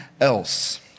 else